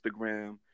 Instagram